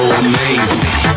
amazing